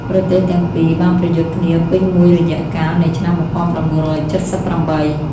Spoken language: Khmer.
ប្រទេសទាំងពីរបានប្រយុទ្ធគ្នាពេញមួយរយៈកាលនៃឆ្នាំ ១៩៧៨។